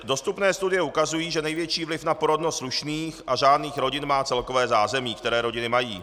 Dostupné studie ukazují, že největší vliv na porodnost slušných a řádných rodin má celkové zázemí, které rodiny mají.